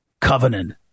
covenant